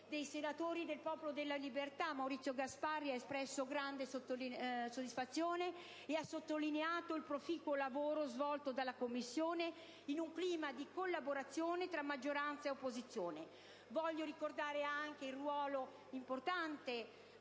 dei senatori del Popolo della Libertà, Maurizio Gasparri, ha espresso grande soddisfazione in merito e ha sottolineato il proficuo lavoro svolto dalla Commissione in un clima di collaborazione tra maggioranza e opposizione. Ricordo poi l'importante